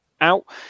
out